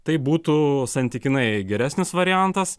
tai būtų santykinai geresnis variantas